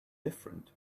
different